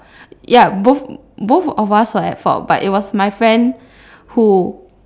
ya both both of us were at fault but it was my friend who